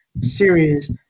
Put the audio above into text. series